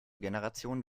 generation